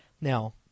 Now